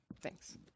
Thanks